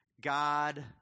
God